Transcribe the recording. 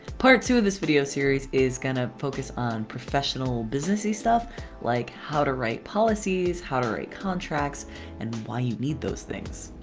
part two of this video series is gonna focus on professional business-y stuff like how to write policies, how to write contracts and why you need those things.